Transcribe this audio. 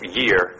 year